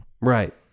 Right